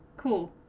cool